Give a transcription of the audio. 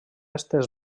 estès